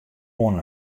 oan